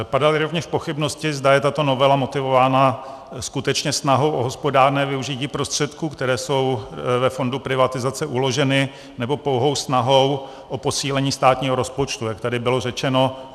Padaly rovněž pochybnosti, zda je tato novela motivována skutečně snahou o hospodárné využití prostředků, které jsou ve fondu privatizace uloženy, nebo pouhou snahou o posílení státního rozpočtu, jak tady bylo řečeno.